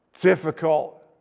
difficult